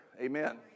Amen